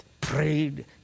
prayed